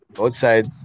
outside